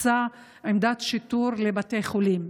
הוקצתה עמדת שיטור לבתי חולים.